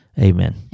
Amen